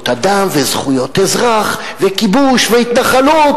אדם וזכויות אזרח וכיבוש והתנחלות.